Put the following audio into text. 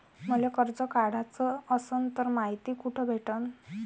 मले कर्ज काढाच असनं तर मायती कुठ भेटनं?